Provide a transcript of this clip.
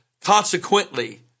consequently